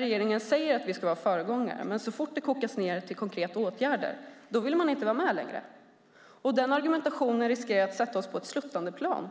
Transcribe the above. Regeringen säger att vi ska vara föregångare, men så fort det kommer till konkreta åtgärder vill man inte vara med längre. Den argumentationen riskerar att sätta oss på ett sluttande plan.